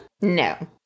No